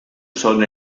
son